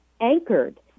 anchored